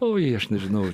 oi aš nežinau